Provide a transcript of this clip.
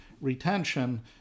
retention